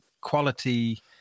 quality